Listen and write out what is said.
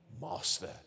master